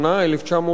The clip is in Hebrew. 1914,